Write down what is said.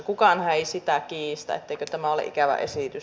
kukaanhan ei sitä kiistä etteikö tämä ole ikävä esitys